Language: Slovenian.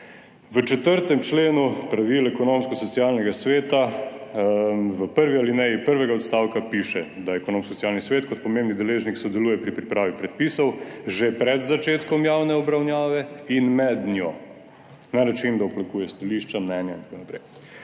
V 4. členu pravil Ekonomsko-socialnega sveta v prvi alineji prvega odstavka piše, da Ekonomsko-socialni svet kot pomembni deležnik sodeluje pri pripravi predpisov že pred začetkom javne obravnave in med njo na način, da oblikuje stališča, mnenja in tako naprej.